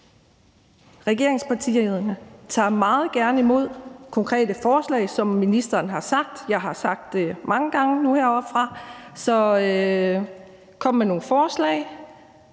Regeringspartierne tager meget gerne imod konkrete forslag, som ministeren har sagt. Jeg har sagt det mange gange nu heroppefra. Så kom med nogle forslag.